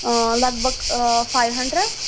آ لگ بگ فایِو ہَنڈرڈ